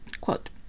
quote